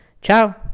Ciao